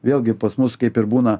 vėlgi pas mus kaip ir būna